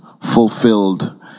fulfilled